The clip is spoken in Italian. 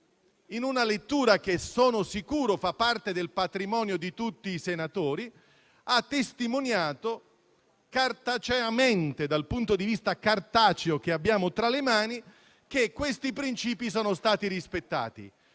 in una lettura che sono sicuro fa parte del patrimonio di tutti i senatori ha testimoniato, con il documento cartaceo che abbiamo tra le mani, che questi principi sono stati rispettati.